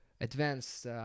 advanced